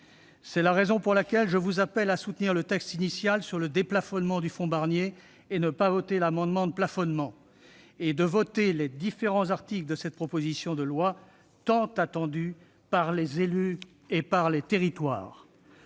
C'est la raison pour laquelle je vous appelle à soutenir le texte initial sur le déplafonnement du fonds Barnier et à ne pas voter l'amendement de plafonnement, puis à adopter les différents articles de cette proposition de loi tant attendue par les élus et par nos territoires.